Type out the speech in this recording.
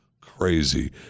crazy